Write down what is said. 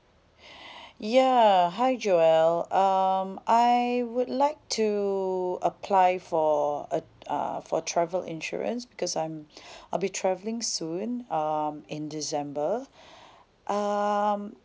ya hi jobelle uh I would like to apply for a uh for travel insurance because I'm I'll be travelling soon um in december um